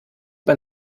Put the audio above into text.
man